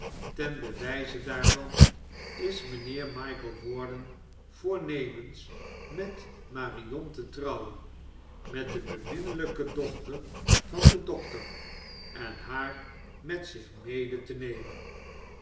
ten bewijze daairvan is mijnheeir michael warden voornemens met marion te trouwen met de beminnelijke dochter van den doctor en hoar met zich mede t nemen